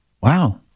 wow